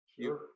Sure